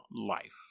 life